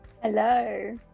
Hello